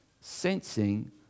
sensing